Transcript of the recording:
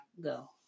go